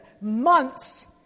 months